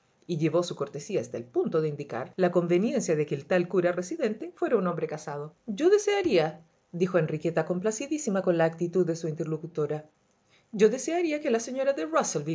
y llevó su cortesía hasta el punto de indicar la conveniencia de que el tal cura residente fuera un hombre casado yo desearíadijo enriqueta complacidísima con la actitud de su interlocutora yo desearía que la señora de